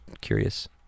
curious